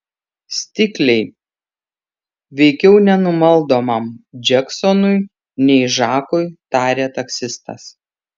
stikliai veikiau nenumaldomam džeksonui nei žakui tarė taksistas